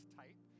type